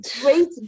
Great